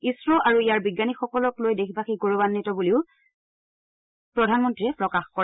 ISRO আৰু ইয়াৰ বিজ্ঞানীসকলক লৈ দেশবাসীক গৌৰবান্বিত বুলিও প্ৰধানমন্ত্ৰীয়ে প্ৰকাশ কৰে